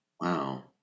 Wow